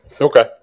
Okay